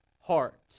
heart